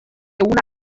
una